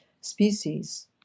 species